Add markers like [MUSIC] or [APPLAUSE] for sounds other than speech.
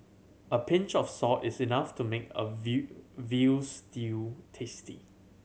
a pinch of salt is enough to make a [UNINTELLIGIBLE] veal stew tasty